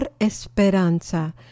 Esperanza